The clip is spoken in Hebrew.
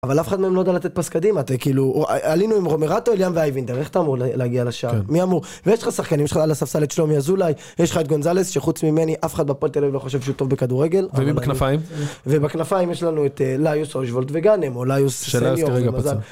אבל אף אחד מהם לא יודע לתת פס קדימה, אתה כאילו... עלינו עם רומרטו על ים ואייבינדר, איך אתה אמור להגיע לשער? מי אמור? ויש לך שחקנים שלך על הספסל את שלומי אזולאי, יש לך את גונזלס, שחוץ ממני, אף אחד בהפועל תל אביב לא חושב שהוא טוב בכדורגל. ובכנפיים? ובכנפיים יש לנו את ליוס אוישוולט וגנם, או ליוס... שאלה, שתהיה רגע בצד.